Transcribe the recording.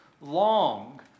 long